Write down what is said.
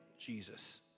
Jesus